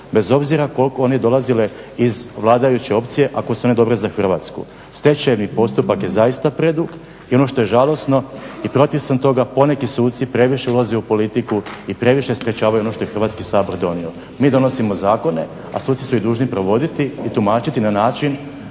bez obzira koliko one dolazile iz vladajuće opcije ako su one dobre za Hrvatsku. Stečajni postupak je zaista predug. I ono što je žalosno i protiv sam toga, poneki suci previše ulaze u politiku i previše sprječavaju ono što je Hrvatski sabor donio. Mi donosimo zakone a suci su ih dužni provoditi i tumačiti na način